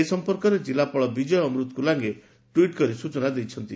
ଏ ସଂପର୍କରେ କିଲ୍ଲାପାଳ ବିଜୟ ଅମ୍ରିତ କୁଲାଙେ ଟ୍ୱିଟ୍ କରି ସୂଚନା ଦେଇଛନ୍ତି